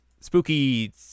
Spooky